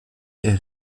est